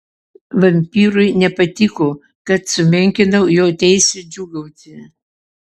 vampyrui nepatiko kad sumenkinau jo teisę džiūgauti